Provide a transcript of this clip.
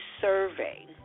survey